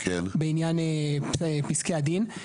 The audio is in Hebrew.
בעניין פסקי הדין.